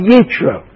Yitro